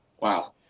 Wow